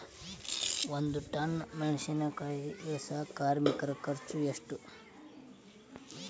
ಒಂದ್ ಟನ್ ಮೆಣಿಸಿನಕಾಯಿ ಇಳಸಾಕ್ ಕಾರ್ಮಿಕರ ಖರ್ಚು ಎಷ್ಟು?